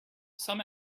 some